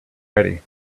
ready